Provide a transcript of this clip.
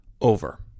over